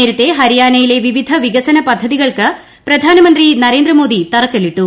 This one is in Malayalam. നേരത്തെ ഹരിയാനയിലെ വിവിധ വികസന പദ്ധതിക്ൾക്ക് പ്രധാനമന്ത്രി നരേന്ദ്രമോദി തറക്കല്പിട്ടു